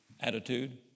attitude